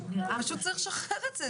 פשוט צריך לשחרר את זה.